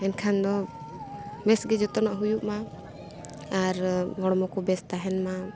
ᱮᱱᱠᱷᱟᱱ ᱫᱚ ᱵᱮᱥ ᱜᱮ ᱡᱚᱛᱚᱱᱚᱜ ᱦᱩᱭᱩᱜ ᱢᱟ ᱟᱨ ᱦᱚᱲᱢᱚ ᱠᱚ ᱵᱮᱥ ᱛᱟᱦᱮᱱ ᱢᱟ